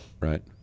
Right